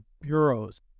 bureaus